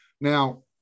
Now